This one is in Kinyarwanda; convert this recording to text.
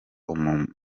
umumaro